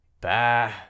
Bah